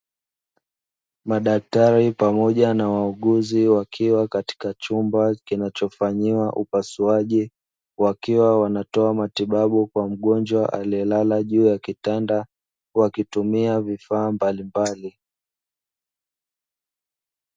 Madaktari pamoja na wauguzi wakiwa katika chumba kinachofanyiwa upasuaji, wakiwa wanatoa matibabu kwa mgonjwa aliyelala juu ya kitanda wakitumia vifaa mbalimbali.